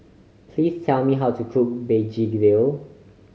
please tell me how to cook begedil